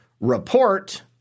report